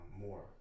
more